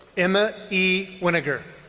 emma e. winnegar.